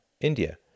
India